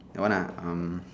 that one lah um